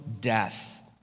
death